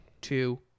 two